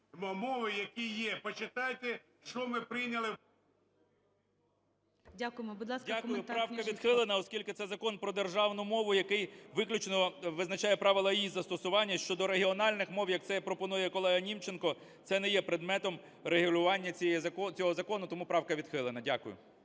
Княжицького. 11:49:31 КНЯЖИЦЬКИЙ М.Л. Дякую. Правка відхилена, оскільки це Закон про державну мову, який виключно визначає правила її застосування. Щодо регіональних мов, як це пропонує колега Німченко, це не є предметом регулювання цього закону. Тому правка відхилена. Дякую.